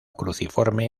cruciforme